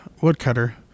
woodcutter